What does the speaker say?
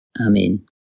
Amen